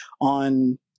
on